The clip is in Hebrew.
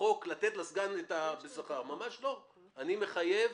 בחוק לתת לסגן בשכר ממש לא, אני מחייב